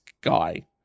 guy